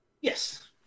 Yes